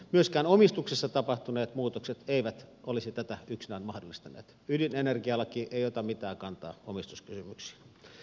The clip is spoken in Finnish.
myöskään omistuksessa tapahtuneet muutokset eivät olisi tätä yksinään mahdollistaneet ydinenergialaki ei ota mitään kantaa omistuskysymyksiin